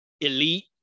elite